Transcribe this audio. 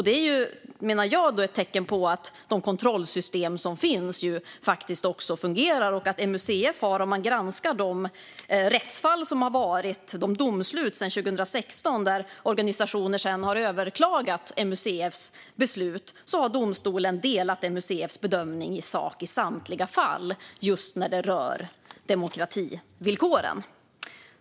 Detta menar jag är ett tecken på att de kontrollsystem som finns faktiskt fungerar. Om man granskar de rättsfall och domslut som funnits sedan 2016 och där organisationer sedan har överklagat MUCF:s beslut ser man att domstolen har delat MUCF:s bedömning i sak i samtliga fall, just när det rör demokrativillkoren.